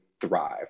thrive